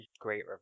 great